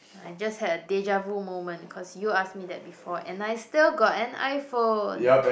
I just had a deja vu moment cause you ask me that before and I still got an iPhone